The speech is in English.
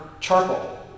charcoal